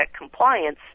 compliance